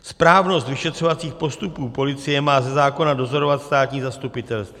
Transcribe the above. Správnost vyšetřovacích postupů policie má ze zákona dozorovat státní zastupitelství.